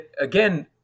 again